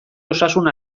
osasun